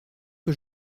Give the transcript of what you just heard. que